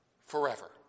forever